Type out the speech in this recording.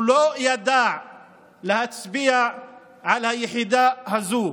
הוא לא ידע להצביע על היחידה הזו.